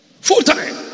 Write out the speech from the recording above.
Full-time